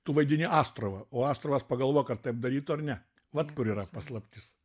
tu vaidini astravą o astravas pagalvok ar taip darytų ar ne vat kur yra paslaptis